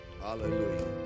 Hallelujah